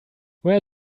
where